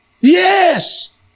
Yes